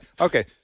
okay